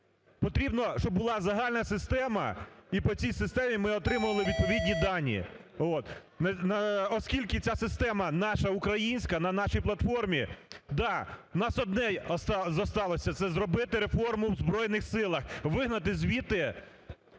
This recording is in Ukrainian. Потрібно, щоб була загальна система, і по цій системі ми отримали відповідні дані. Оскільки ця система наша українська, на нашій платформі, так, у нас одне зосталося – це зробити реформу в Збройних Силах, вигнати звідти